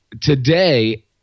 today